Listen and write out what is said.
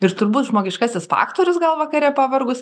ir turbūt žmogiškasis faktorius gal vakare pavargus